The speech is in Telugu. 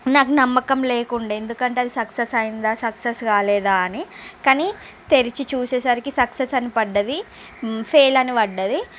నాకు నమ్మకం లేకుండే ఎందుకంటే అది సక్సెస్ అయ్యిందా సక్సెస్ కాలేదా అని కానీ తెరిచి చూసే సరికి సక్సెస్ అని పడింది ఫెయిల్ అని పడింది